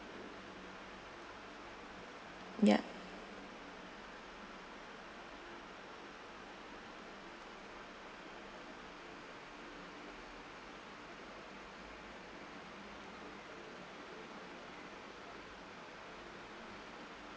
ya